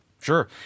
sure